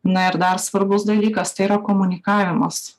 na ir dar svarbus dalykas tai yra komunikavimas